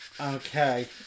Okay